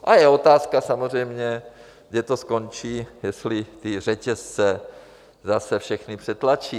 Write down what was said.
A je otázka samozřejmě, kde to skončí, jestli ty řetězce zase všechny přetlačí.